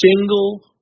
single